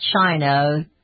China